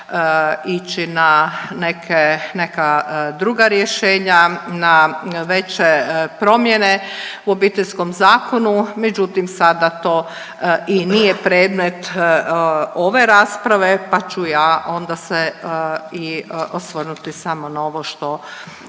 ići na neka druga rješenja, na veće promjene u Obiteljskom zakonu. Međutim, sada to i nije predmet ove rasprave, pa ću ja onda se i osvrnuti samo na ovo što